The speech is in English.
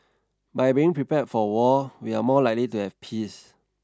by being prepared for war we are more likely to have peace